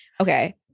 Okay